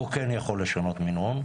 הוא כן יכול לשנות מינון.